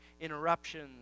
interruptions